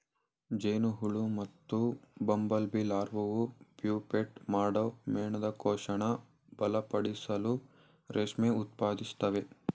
ಜೇನುಹುಳು ಮತ್ತುಬಂಬಲ್ಬೀಲಾರ್ವಾವು ಪ್ಯೂಪೇಟ್ ಮಾಡೋ ಮೇಣದಕೋಶನ ಬಲಪಡಿಸಲು ರೇಷ್ಮೆ ಉತ್ಪಾದಿಸ್ತವೆ